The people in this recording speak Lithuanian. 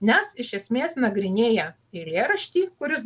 nes iš esmės nagrinėja eilėraštį kuris